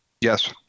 Yes